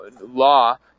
law